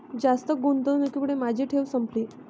जास्त गुंतवणुकीमुळे माझी ठेव संपली